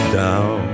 down